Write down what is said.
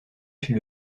chez